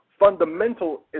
fundamental